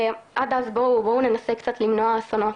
עד אז בואו ננסה קצת למנוע אסונות,